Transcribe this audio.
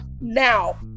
Now